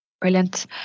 Brilliant